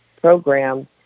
program